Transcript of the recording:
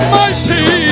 mighty